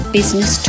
Business